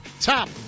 Top